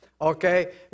okay